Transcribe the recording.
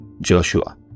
Joshua